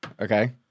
Okay